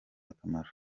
akamaro